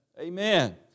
Amen